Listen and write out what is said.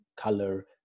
color